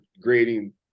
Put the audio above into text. grading